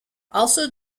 also